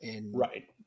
Right